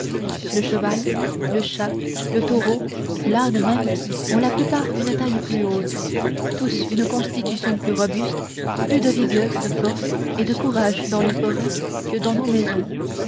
le cheval le chat le taureau l'âne même ont la plupart une taille plus haute tous une constitution plus robuste plus de vigueur de force et de courage dans les forêts que dans nos maisons